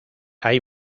hay